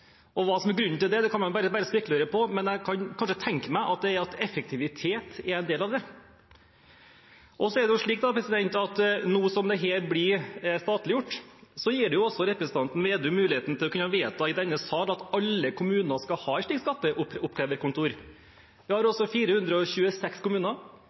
Og hva som er grunnen til det, kan man bare spekulere på, men jeg kan kanskje tenke meg at effektivitet er en del av det. Nå som dette blir statliggjort, gir det representanten Slagsvold Vedum muligheten til å kunne foreslå i denne sal at alle kommuner skal ha et slikt skatteoppkreverkontor. Vi har altså 426 kommuner,